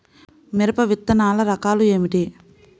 మిరప విత్తనాల రకాలు ఏమిటి?